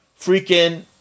freaking